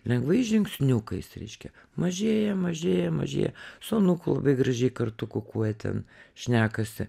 lengvais žingsniukais reiškia mažėja mažėja mažėja su anūku labai gražiai kartu kukuoja ten šnekasi